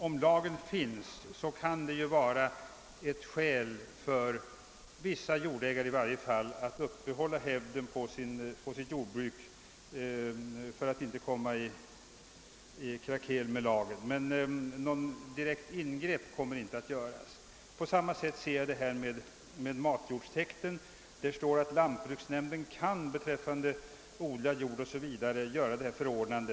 Om lagen finns är det klart att vissa jordägare kan finna det vara skäl att uppehålla hävden av jordbruket för att inte komma i krakel med lagen, men direkta ingrepp kommer sällan att göras. På samma sätt förhåller det sig enligt min mening med matjordstäkten. Det står att lantbruksnämnden kan göra det här förordnandet beträffande odlad jord o.s.